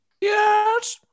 Yes